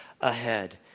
ahead